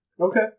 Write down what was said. Okay